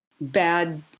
bad